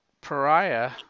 Pariah